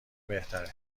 بهتره